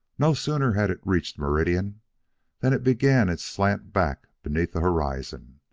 no sooner had it reached meridian than it began its slant back beneath the horizon,